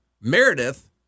Meredith